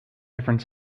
different